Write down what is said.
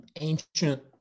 ancient